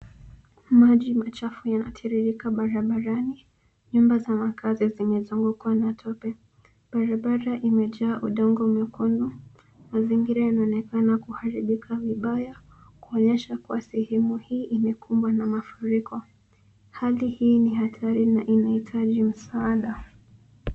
Maji machafu yatiririka barabarani .Nyumba za makazi zimezugukwa na tope. Barabara imejaa udongo mwekundu. Mazingira yanaonekana kuharibika vibaya kuonyesha kuwa sehemu hii imefunikwa na mafuriko. Hali hii ni hatari na inaitaji msaada.